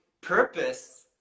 purpose